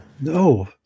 No